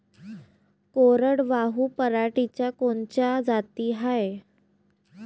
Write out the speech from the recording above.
कोरडवाहू पराटीच्या कोनच्या जाती हाये?